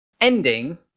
ending